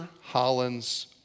Holland's